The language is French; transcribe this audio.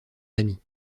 amis